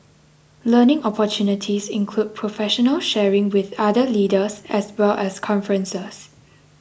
learning opportunities include professional sharing with other leaders as well as conferences